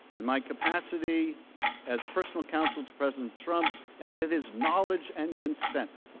in my capacity as personal counsel to president trump and with his knowledge and consent,